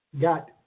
got